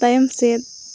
ᱛᱟᱭᱚᱢ ᱥᱮᱫ